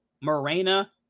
Morena